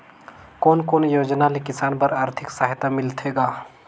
कोन कोन योजना ले किसान बर आरथिक सहायता मिलथे ग?